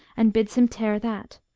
and bids him tear that.